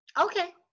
Okay